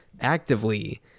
actively